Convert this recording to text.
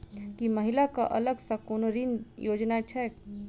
की महिला कऽ अलग सँ कोनो ऋण योजना छैक?